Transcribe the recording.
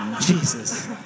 Jesus